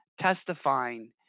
testifying